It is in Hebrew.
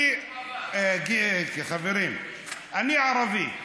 אני ערבי.